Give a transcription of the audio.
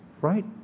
Right